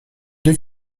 deux